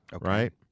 right